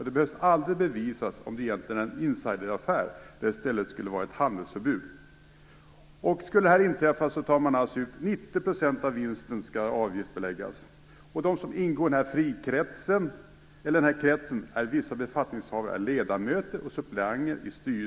Det behöver då aldrig bevisas om det rör sig om en insideraffär eller om ett fall där det egentligen skulle vara handelsförbud.